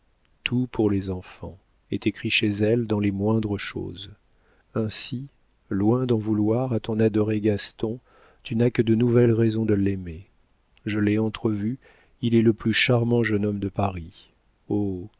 tout pour les enfants est écrit chez elle dans les moindres choses ainsi loin d'en vouloir à ton adoré gaston tu n'as que de nouvelles raisons de l'aimer je l'ai entrevu il est le plus charmant jeune homme de paris